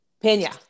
Pena